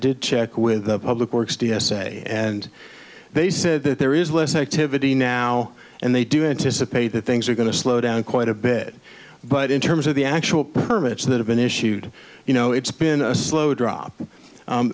did check with the public works d s a and they said that there is less activity now and they do anticipate that things are going to slow down quite a bit but in terms of the actual permits that have been issued you know it's been a slow drop